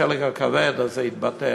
השלג הכבד, אז זה התבטל.